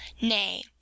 nay